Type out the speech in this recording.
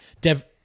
Dev